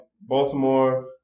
Baltimore